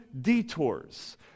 detours